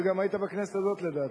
גם אתה היית בכנסת הזאת, לדעתי.